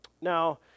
Now